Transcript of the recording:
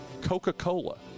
Coca-Cola